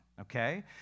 okay